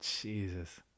Jesus